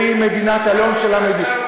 שהוא מדינת הלאום של העם היהודי.